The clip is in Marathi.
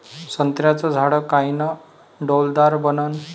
संत्र्याचं झाड कायनं डौलदार बनन?